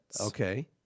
Okay